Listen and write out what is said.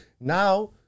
Now